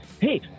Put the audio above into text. hey